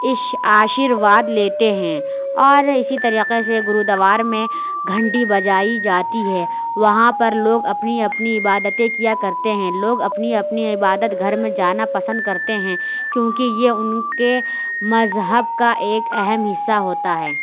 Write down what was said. اس آشرواد لیتے ہیں اور اِسی طریقے سے گردوارا میں گھنٹی بجائی جاتی ہے وہاں پر لوگ اپنی اپنی عبادتیں کیا کرتے ہیں لوگ اپنی اپنی عبادت گھر میں جانا پسند کرتے ہیں کیوں کہ یہ اُن کے مذہب کا ایک اہم حصّہ ہوتا ہے